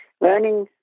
learning